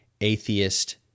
atheist